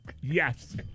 Yes